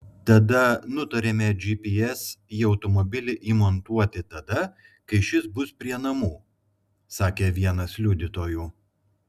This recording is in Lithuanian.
tada nutarėme gps į automobilį įmontuoti tada kai šis bus prie namų sakė vienas liudytojų